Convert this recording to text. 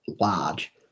large